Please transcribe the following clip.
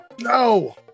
no